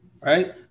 right